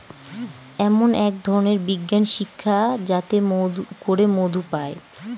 এমন এক ধরনের বিজ্ঞান শিক্ষা যাতে করে মধু পায়